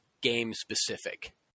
game-specific